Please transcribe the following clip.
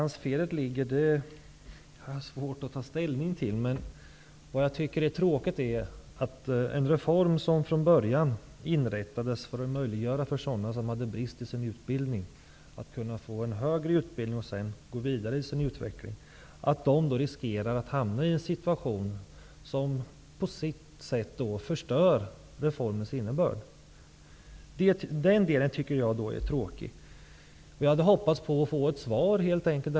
Var felet ligger har jag svårt att ta ställning till. Jag tycker att det är tråkigt att en reform, som från början inrättades för att möjliggöra för sådana som hade brister i sin utbildning en högre utbildning för att de sedan skulle kunna gå vidare i sin utveckling, innebär att dessa riskerar att hamna i en situation som på sitt sätt förstörs av reformens innebörd. Det tycker jag som sagt är tråkigt.